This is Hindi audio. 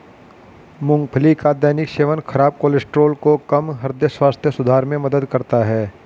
मूंगफली का दैनिक सेवन खराब कोलेस्ट्रॉल को कम, हृदय स्वास्थ्य सुधार में मदद करता है